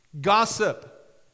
Gossip